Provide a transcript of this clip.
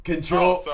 Control